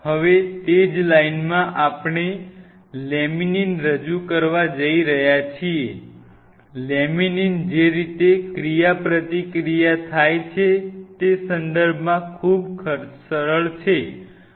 હવે તે જ લાઇનમાં આપણે લેમિનીન રજૂ કરવા જઇ રહ્યા છીએ લેમિનીન જે રીતે ક્રિયાપ્રતિક્રિયા થાય છે તે સંદર્ભમાં ખૂબ સરળ છે